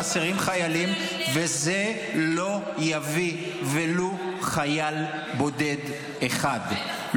חסרים חיילים, וזה לא יביא ולו חייל בודד אחד.